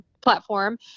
platform